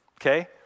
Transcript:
okay